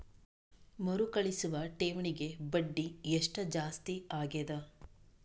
ಮರುಕಳಿಸುವ ಠೇವಣಿಗೆ ಬಡ್ಡಿ ಎಷ್ಟ ಜಾಸ್ತಿ ಆಗೆದ?